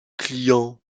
clients